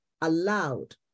allowed